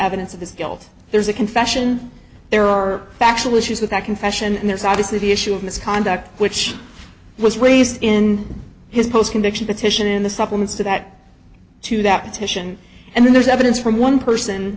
evidence of his guilt there's a confession there are factual issues with that confession and there's obviously the issue of misconduct which was raised in his post conviction the titian in the supplements to that to that petition and then there's evidence from one person